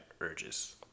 urges